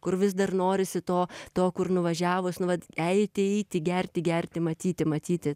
kur vis dar norisi to to kur nuvažiavus nu vat eiti eiti gerti gerti matyti matyti